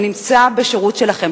שנמצא בשירות שלכם,